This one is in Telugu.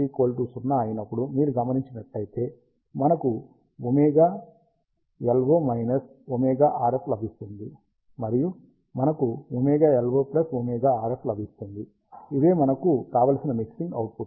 కాబట్టి n 0 అయినప్పుడు మీరు గమినించినట్లైతే మనకు ωLO ωRF లభిస్తుంది మరియు మనకు ωLO ωRF లభిస్తుంది ఇవే మనకు కావలసిన మిక్సింగ్ అవుట్పుట్లు